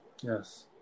Yes